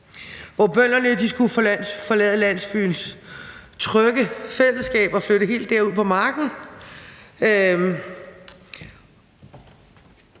hvor bønderne skulle forlade landsbyens trygge fællesskab og flytte helt derud på marken